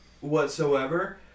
whatsoever